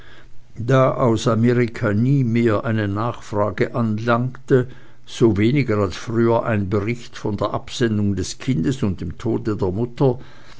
da aus amerika nie mehr eine nachfrage anlangte sowenig als früher ein bericht von der absendung des kindes und dem tode der mutter